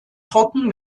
trocken